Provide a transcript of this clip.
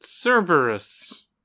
Cerberus